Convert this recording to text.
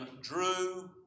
drew